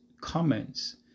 comments